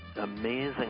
amazing